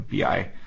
BI